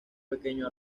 pequeño